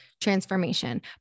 transformation